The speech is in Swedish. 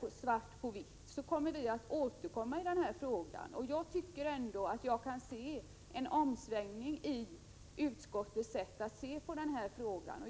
får svart på vitt kommer vi att återkomma i denna fråga. Jag tycker ändå att jag kan se en omsvängning i utskottets sätt att se på den här frågan.